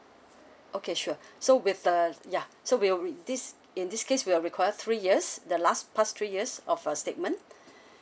okay sure so with the ya so we will with this in this case we are required three years the last past three years of a statement